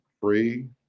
three